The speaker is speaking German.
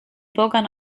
bürgern